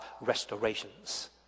restorations